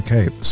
Okay